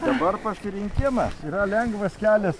dabar pasirinkimas yra lengvas kelias